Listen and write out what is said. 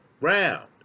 round